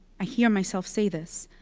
i hear myself say this.